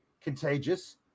contagious